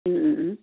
अँ अँ अँ